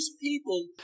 people